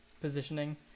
positioning